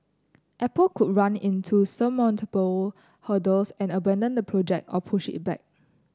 Apple could run into insurmountable hurdles and abandon the project or push it back